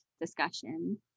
discussion